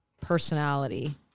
personality